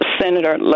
senator